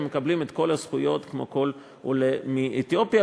ומקבלים את כל הזכויות כמו כל עולה מאתיופיה,